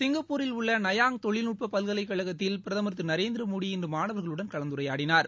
சிங்கப்பூரில் உள்ள நபாங் தொழில்நுட்ப பல்கலைக்கழகத்தில் பிரதமர் திரு நரேந்திர மோடி இன்று மாணவர்களுடன் கலந்துரையாடினார்